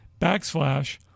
backslash